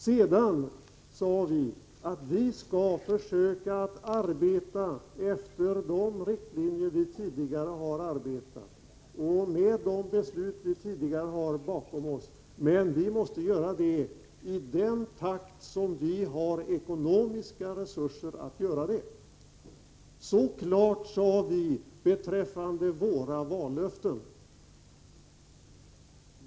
Sedan sade vi att vi skulle försöka arbeta efter de riktlinjer vi tidigare haft och med de beslut vi tidigare hade bakom oss, men att vi måste göra det i den takt som det fanns ekonomiska resurser till. Så klart sade vi beträffande våra vallöften.